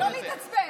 לא להתעצבן.